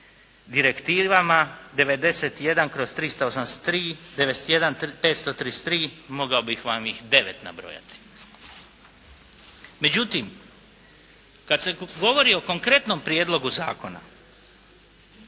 direktivama 91/383, 91/533, mogao bih vam ih 9 nabrojati. Međutim, kad se govori o konkretnom prijedlogu zakona